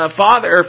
father